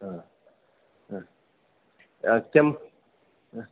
ಹಾಂ ಹಾಂ ಹಾಂ ಕೆಮ್ಮು ಹಾಂ